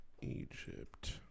Egypt